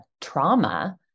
trauma